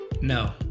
No